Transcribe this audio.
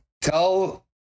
Tell